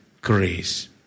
grace